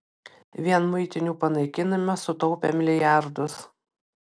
vien muitinių panaikinimas sutaupė milijardus